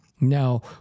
Now